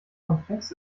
komplex